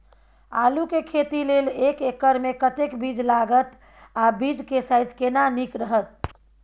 आलू के खेती लेल एक एकर मे कतेक बीज लागत आ बीज के साइज केना नीक रहत?